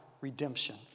redemption